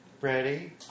Ready